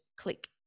click